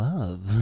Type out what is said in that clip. Love